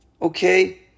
Okay